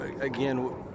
Again